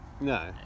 No